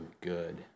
good